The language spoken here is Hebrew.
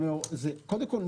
קודם כול,